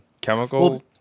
chemicals